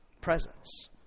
presence